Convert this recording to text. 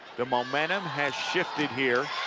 the momentum has shifted here.